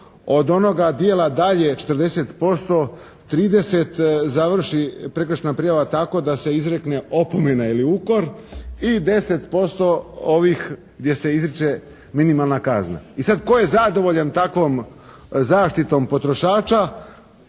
Od onoga dijela dalje 40%, 30 završi prekršajna prijava tako da se izrekne opomena ili ukor i 10% ovih gdje se izriče minimalna kazna. I sad tko je zadovoljan takvom zaštitom potrošača?